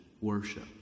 worship